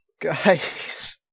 guys